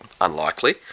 unlikely